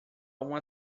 uma